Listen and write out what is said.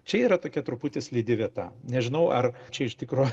čia yra tokia truputį slidi vieta nežinau ar čia iš tikro